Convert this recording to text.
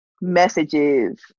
messages